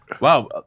wow